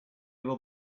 were